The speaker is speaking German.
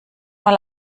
mal